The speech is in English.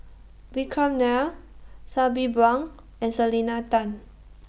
Vikram Nair Sabri Buang and Selena Tan